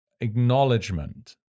acknowledgement